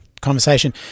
conversation